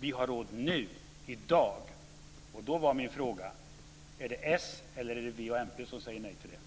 Vi har råd nu - i dag. Min fråga är: Är det s, eller är det v och mp som säger nej till detta?